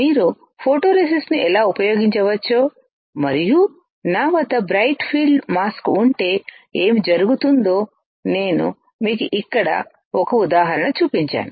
మీరు ఫోటోరేసిస్ట్ను ఎలా ఉపయోగించవచ్చో మరియు నా వద్ద బ్రైట్ ఫీల్డ్ మాస్క్ ఉంటే ఏమి జరుగుతుందో నేను మీకు ఇక్కడ ఒక ఉదాహరణ చూపించాను